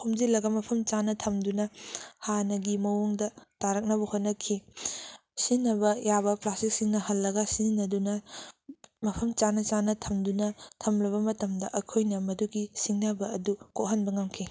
ꯈꯣꯝꯖꯤꯟꯂꯒ ꯃꯐꯝ ꯆꯥꯅ ꯊꯝꯗꯨꯅ ꯍꯥꯟꯅꯒꯤ ꯃꯑꯣꯡꯗ ꯇꯥꯔꯛꯅꯕ ꯍꯣꯠꯅꯈꯤ ꯁꯤꯖꯤꯟꯅꯕ ꯌꯥꯕ ꯄ꯭ꯂꯥꯁꯇꯤꯛꯁꯤꯡꯅ ꯍꯟꯂꯒ ꯁꯤꯖꯤꯟꯅꯗꯨꯅ ꯃꯐꯝ ꯆꯥꯅ ꯆꯥꯅ ꯊꯝꯗꯨꯅ ꯊꯝꯂꯕ ꯃꯇꯝꯗ ꯑꯩꯈꯣꯏꯅ ꯃꯗꯨꯒ ꯁꯤꯡꯅꯕ ꯑꯗꯨ ꯀꯣꯛꯍꯟꯕ ꯉꯝꯈꯤ